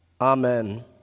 Amen